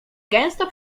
gęsto